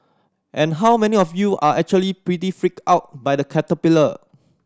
and how many of you are actually pretty freaked out by the caterpillar